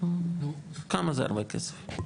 כמה זה הרבה כסף?